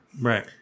Right